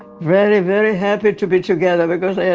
very very happy to be together because